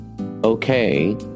Okay